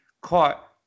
caught